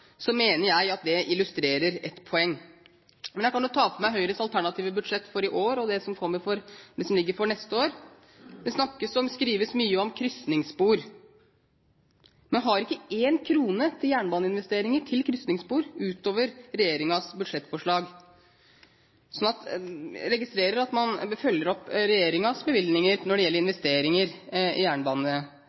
mener jeg at det illustrerer et poeng. Jeg kan jo ta for meg Høyres alternative budsjett for i år og det som ligger for neste år. Det skrives mye om krysningsspor. Men man har ikke én krone til jernbaneinvesteringer til krysningsspor utover regjeringens budsjettforslag. Så jeg registrerer at man følger opp regjeringens bevilgninger når det gjelder investeringer i